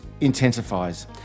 intensifies